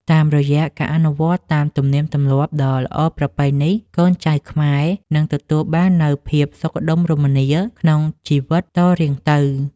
តាមរយៈការអនុវត្តតាមទំនៀមទម្លាប់ដ៏ល្អប្រពៃនេះកូនចៅខ្មែរនឹងទទួលបាននូវភាពសុខដុមរមនាក្នុងជីវិតតរៀងទៅ។